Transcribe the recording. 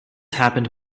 happened